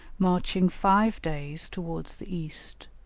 marching five days towards the east,